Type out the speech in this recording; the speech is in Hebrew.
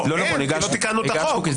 אין, כי לא תיקנו את החוק.